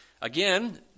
Again